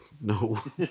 No